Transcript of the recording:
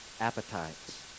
appetites